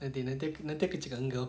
nanti nanti nanti aku cakap dengan kau